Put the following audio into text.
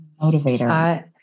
Motivator